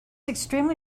extremely